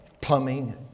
plumbing